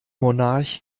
monarch